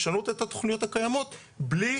לשנות את התוכניות הקיימות בלי